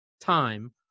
time